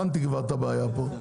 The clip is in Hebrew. הבנתי כבר את הבעיה פה.